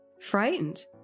Frightened